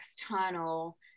external